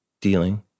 dealing